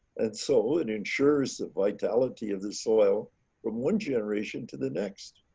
and so, it ensures the vitality of the soil from one generation to the next.